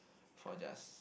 for just